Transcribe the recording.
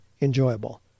enjoyable